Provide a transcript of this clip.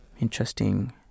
interesting